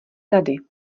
tady